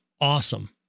awesome